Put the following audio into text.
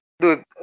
Dude